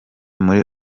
muri